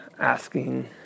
asking